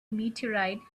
meteorite